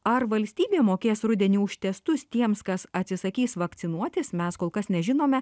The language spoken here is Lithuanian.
ar valstybė mokės rudenį už testus tiems kas atsisakys vakcinuotis mes kol kas nežinome